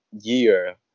year